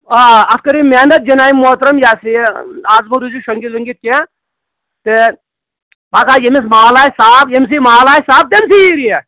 آ اَتھ کٔرِو محنت جِنابہِ موٚحتَرَم یہِ ہَسا یہِ آز مَہ روٗزِو شیٚنٛگِتھ ویٚنگِتھ کیٚنہہ تہٕ پَگاہ ییٚمِس مال آسہِ صاف ییٚمِس یہِ مال آسہِ صاف تٔمۍسٕے یی ریٹ